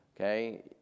Okay